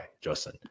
Justin